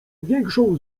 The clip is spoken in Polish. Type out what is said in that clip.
większą